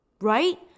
right